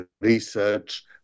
research